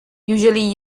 usually